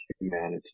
humanity